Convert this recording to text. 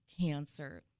cancer